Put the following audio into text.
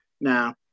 Now